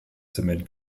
zement